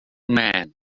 man